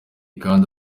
kandi